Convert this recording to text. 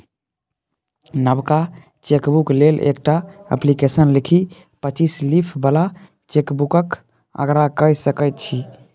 नबका चेकबुक लेल एकटा अप्लीकेशन लिखि पच्चीस लीफ बला चेकबुकक आग्रह कए सकै छी